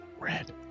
Red